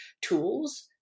tools